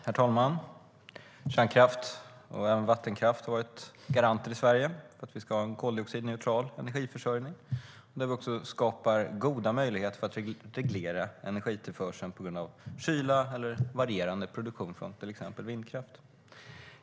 Herr talman! Kärnkraft och även vattenkraft har varit garanter i Sverige för en koldioxidneutral energiförsörjning, där vi skapar goda möjligheter för att reglera energitillförseln på grund av kyla eller varierande produktion från till exempel vindkraft.